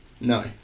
No